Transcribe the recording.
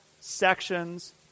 sections